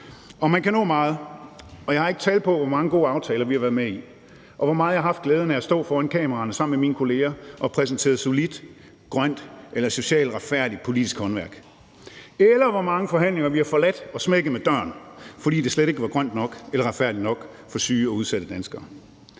og man kan nå meget. Jeg har ikke tal på, hvor mange gode aftaler vi har været med i, og hvor meget jeg har haft glæden af at stå foran kameraerne sammen med mine kolleger og præsentere solidt grønt eller socialt retfærdigt politisk håndværk, eller på hvor mange forhandlinger, vi har forladt og smækket med døren efter os, fordi det slet ikke var grønt nok eller retfærdigt nok for syge og udsatte danskere.